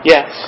Yes